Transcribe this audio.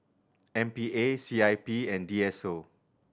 M P A C I P and D S O